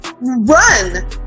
Run